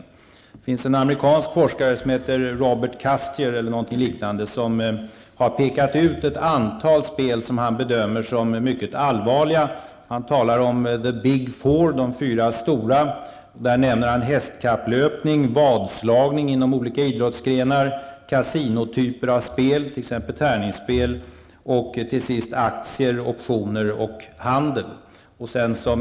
Det finns en amerikansk forskare som har pekat ut ett antal spel som han bedömer som mycket allvarliga. Han talar om ''the big four'', de fyra stora, och där nämner han hästkapplöpning, vadslagning inom idrottsgrenar, kasinotyper av spel, t.ex. tärningsspel, och till sist aktier, optioner och handel.